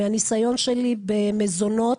מהניסיון שלי במזונות,